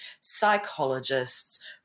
psychologists